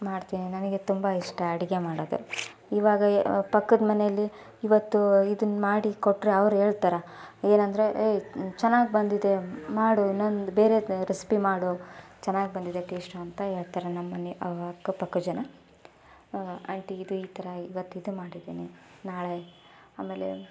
ಮಾಡ್ತೇನೆ ನನಗೆ ತುಂಬ ಇಷ್ಟ ಅಡುಗೆ ಮಾಡೋದು ಇವಾಗ ಈ ಪಕ್ಕದ ಮನೆಯಲ್ಲಿ ಇವತ್ತು ಇದನ್ ಮಾಡಿ ಕೊಟ್ಟರೆ ಅವ್ರು ಹೇಳ್ತರ ಏನಂದರೆ ಏಯ್ ಚೆನ್ನಾಗಿ ಬಂದಿದೆ ಮಾಡು ನಂದು ಬೇರೆ ರೆಸ್ಪಿ ಮಾಡು ಚೆನ್ನಾಗಿ ಬಂದಿದೆ ಟೇಶ್ಟು ಅಂತ ಹೇಳ್ತಾರೆ ನಮ್ಮ ಮನೆ ಅಕ್ಕಪಕ್ಕದ ಜನ ಆಂಟಿ ಇದು ಈ ಥರ ಇವತ್ತು ಇದು ಮಾಡಿದ್ದೀನಿ ನಾಳೆ ಆಮೇಲೆ